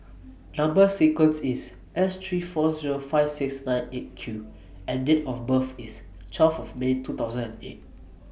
Number sequence IS S three four Zero five six nine eight Q and Date of birth IS twelve May two thousand and eight